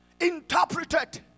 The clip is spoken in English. interpreted